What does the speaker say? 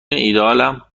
ایدهآلم